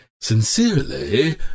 Sincerely